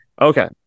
Okay